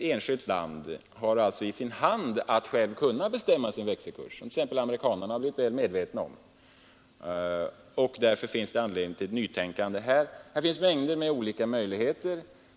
Detta förhållande har exempelvis amrerikanarna blivit väl medvetna om. Därför finns det här anledning till ett nytänkande. Det finns i detta avseende mängder av olika möjligheter.